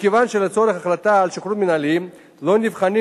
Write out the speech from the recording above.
מכיוון שלצורך החלטה על שחרור מינהלי לא נבחנים